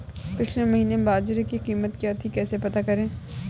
पिछले महीने बाजरे की कीमत क्या थी कैसे पता करें?